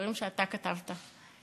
דברים שאתה כתבת,